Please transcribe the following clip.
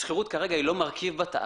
השכירות כרגע היא לא מרכיב בתעריף,